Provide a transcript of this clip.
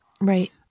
Right